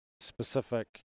specific